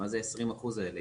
מה זה ה-20% האלה?